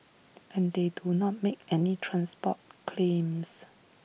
and they do not make any transport claims